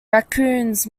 raccoons